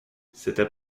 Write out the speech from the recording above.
c’était